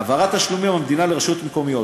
העברת תשלומים מהמדינה לרשויות המקומיות: